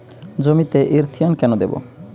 জমিতে ইরথিয়ন কেন দেবো?